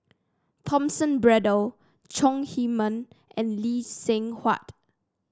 Thomas Braddell Chong Heman and Lee Seng Huat